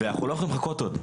אנחנו לא יכולים לחכות עוד,